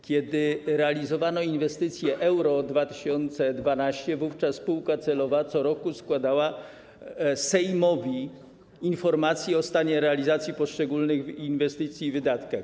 Kiedy realizowano inwestycje Euro 2012, spółka celowa co roku składała Sejmowi informację o stanie realizacji poszczególnych inwestycji i wydatkach.